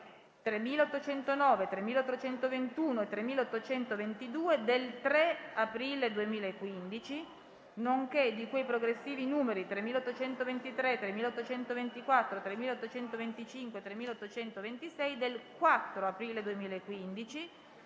3809, 3821 e 3822 del 3 aprile 2015, nonché di cui ai progressivi nn. 3823, 3824, 3825 e 3826 del 4 aprile 2015